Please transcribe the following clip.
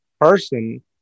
person